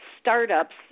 startups